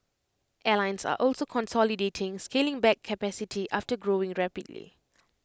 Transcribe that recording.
airlines are also consolidating scaling back capacity after growing rapidly